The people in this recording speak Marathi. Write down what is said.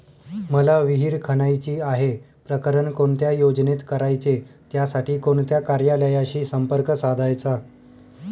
मला विहिर खणायची आहे, प्रकरण कोणत्या योजनेत करायचे त्यासाठी कोणत्या कार्यालयाशी संपर्क साधायचा?